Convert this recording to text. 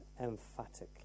emphatically